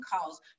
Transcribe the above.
calls